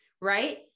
right